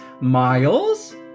Miles